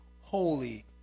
holy